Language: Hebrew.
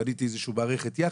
בניתי איזושהי מערכת יחד,